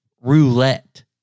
roulette